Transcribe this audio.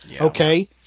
Okay